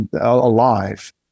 alive